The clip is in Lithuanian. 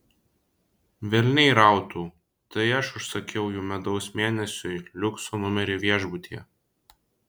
velniai rautų tai aš užsakiau jų medaus mėnesiui liukso numerį viešbutyje